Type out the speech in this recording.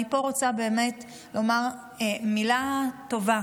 אני רוצה לומר פה באמת מילה טובה